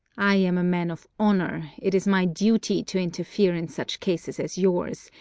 i am a man of honour it is my duty to interfere in such cases as yours,